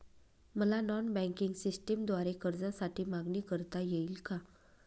मला non banking सिस्टमद्वारे कर्जासाठी मागणी करता येईल का?